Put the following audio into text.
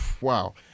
wow